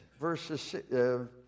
verses